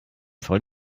voll